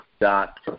Dot